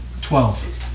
Twelve